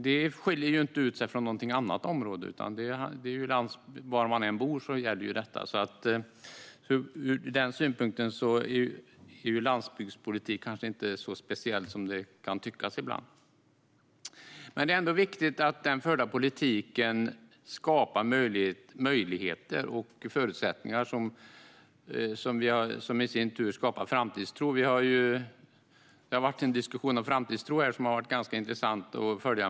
Det skiljer inte ut sig från något annat område. Var man än bor gäller ju detta. Från den synpunkten är landsbygdspolitik inte så speciell som det kan tyckas ibland. Det är viktigt att den förda politiken skapar möjligheter och förutsättningar som i sin tur skapar framtidstro. Det har varit en diskussion om framtidstro här som har varit ganska intressant att följa.